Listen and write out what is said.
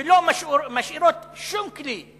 שלא משאירות שום כלי,